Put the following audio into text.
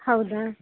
ಹೌದಾ